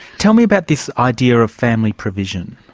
tell me about this idea of family provision.